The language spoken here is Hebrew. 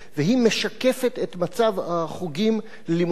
ובמאמר היא משקפת את מצב החוגים ללימודי